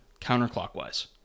counterclockwise